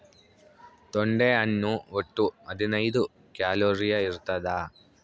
ತೊಂಡೆ ಹಣ್ಣು ಒಟ್ಟು ಹದಿನೈದು ಕ್ಯಾಲೋರಿ ಇರ್ತಾದ